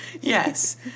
Yes